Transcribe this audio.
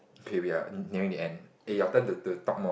okay we're nearing the end eh your turn to to talk more